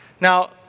Now